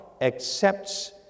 accepts